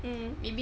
mm